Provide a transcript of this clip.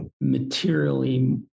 materially